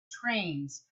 trains